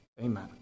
Amen